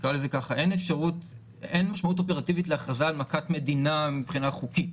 אין משמעות אופרטיבית להכרזה על מכת מדינה מבחינה חוקית,